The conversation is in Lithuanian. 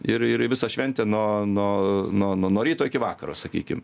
ir ir visą šventę nuo nuo nuo nuo nuo ryto iki vakaro sakykim